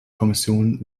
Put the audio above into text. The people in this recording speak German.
kommission